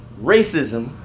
racism